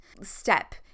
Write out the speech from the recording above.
step